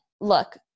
look